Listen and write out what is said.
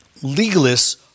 legalists